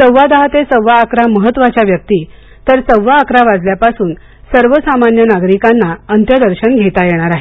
सव्वा दहा ते सव्वा अकरा महत्वाच्या व्यवक्ती तर सव्वा अकरा वाजल्यापासून सर्वसामान्य नागरिकांना अंत्यदर्शन घेता येणार आहे